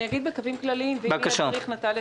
אגיד בקווים כלליים ואם יהיה צריך נטליה